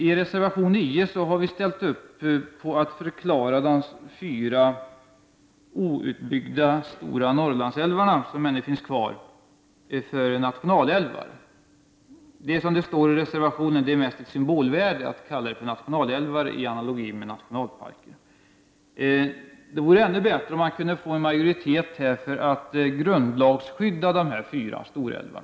I reservation 9 ställer vi upp på att förklara de fyra outbyggda stora Norrlandsälvar, som ännu finns kvar, för nationalälvar. Som det står skrivet i reservationen är det mest ett symbolvärde att kalla dem nationalälvar i analogi med nationalparker. Det vore ännu bättre om vi kunde få en majoritet för att grundlagsskydda dessa fyra stora älvar.